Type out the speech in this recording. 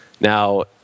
Now